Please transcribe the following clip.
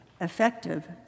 effective